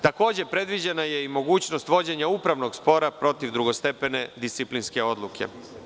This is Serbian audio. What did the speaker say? Predviđena je i mogućnost vođenja upravnog spora protiv drugostepene disciplinske odluke.